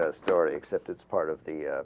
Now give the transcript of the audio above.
ah story except it's part of the ah.